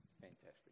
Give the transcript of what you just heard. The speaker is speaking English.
Fantastic